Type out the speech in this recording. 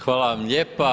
Hvala vam lijepa.